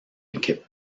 équipes